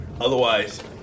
otherwise